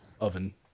Oven